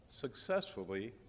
successfully